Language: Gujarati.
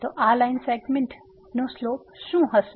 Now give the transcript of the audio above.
તો આ લાઇન સેગમેન્ટનો સ્લોપ શું છે